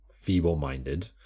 feeble-minded